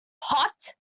pot